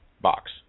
box